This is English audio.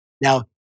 Now